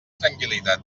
tranquil·litat